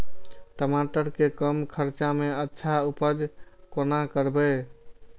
टमाटर के कम खर्चा में अच्छा उपज कोना करबे?